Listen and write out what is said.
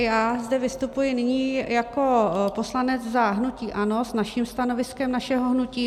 Já zde vystupuji nyní jako poslanec za hnutí ANO s naším stanoviskem našeho hnutí.